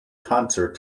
concert